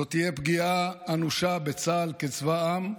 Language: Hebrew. זו תהיה פגיעה אנושה בצה"ל כצבא העם,